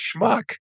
schmuck